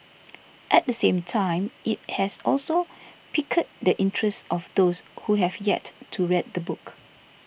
at the same time it has also piqued the interest of those who have yet to read the book